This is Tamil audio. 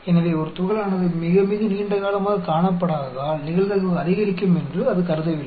எனவே ஒரு துகளானது மிக மிக நீண்ட காலமாக காணப்படாததால் நிகழ்தகவு அதிகரிக்கும் என்று அது கருதவில்லை